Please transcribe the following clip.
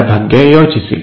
ಅದರ ಬಗ್ಗೆ ಯೋಚಿಸಿ